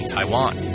Taiwan